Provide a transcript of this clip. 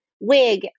wig